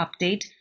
update